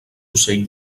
ocell